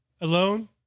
alone